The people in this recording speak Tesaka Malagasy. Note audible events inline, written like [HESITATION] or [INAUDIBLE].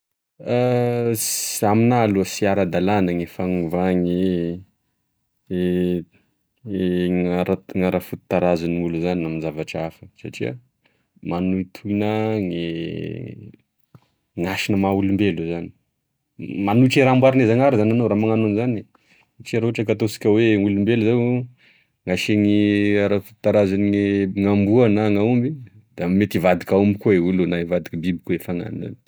[HESITATION] Aminah aloa sy aradalana gne fanovany e [HESITATION] gn'ara- gn'ara-foto-tarazonolo zany ame zavatra afa satria manohitohina gne [HESITATION] nasina maha-olombelo zany manohitry raha amboarigne zanahary zanenao ra manano anezany satria rohatry ka oe nolombelo zao nasiny aratarazaogne gn'amboa na gn'aomby da mety ivadika aomby koa e olo io na ivadike biby koa e fanahiny.